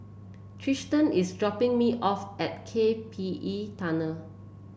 Tristen is dropping me off at K P E Tunnel